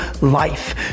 life